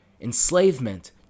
Enslavement